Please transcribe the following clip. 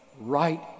right